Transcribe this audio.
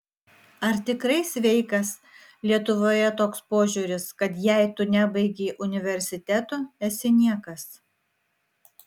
ar tikrai sveikas lietuvoje toks požiūris kad jei tu nebaigei universiteto esi niekas